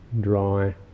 dry